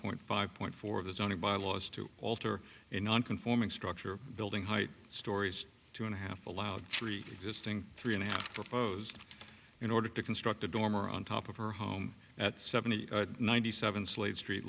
point five point four of the zoning bylaws to alter it non conforming structure building height stories two and a half allowed three existing three and a half proposed in order to construct a dormer on top of her home at seventy ninety seven slade street